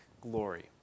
glory